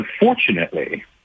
unfortunately